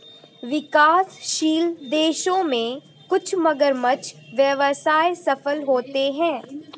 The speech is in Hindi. विकासशील देशों में कुछ मगरमच्छ व्यवसाय सफल होते हैं